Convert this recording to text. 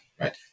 right